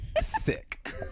Sick